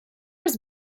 was